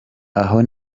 aho